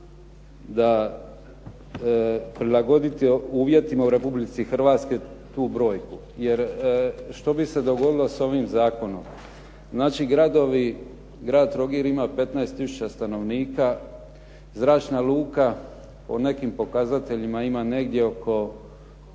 da prilagoditi uvjetima u Republici Hrvatske tu brojku, jer što bi se dogodilo sa ovim zakonom. Znači gradovi, grad Trogir ima 15 tisuća stanovnika, zračna luka po nekim pokazateljima ima negdje oko